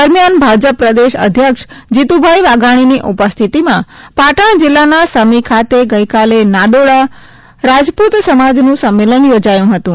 દરમ્યાન ભાજપ પ્રદેશ અધ્યક્ષ જીતુભાઈ વાઘાણીની ઉપસ્થિતિમાં પાટણ જિલ્લાના સમી ખાતે ગઈકાલે નાડોદા રાજપૂત સમાજનું સંમેલન યોજાયું હતું